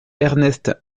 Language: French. ernest